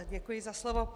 Děkuji za slovo.